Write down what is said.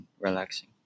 relaxing